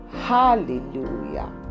hallelujah